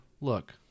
look